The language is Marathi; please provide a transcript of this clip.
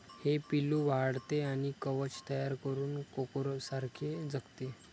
हे पिल्लू वाढते आणि कवच तयार करून कोकोसारखे जगते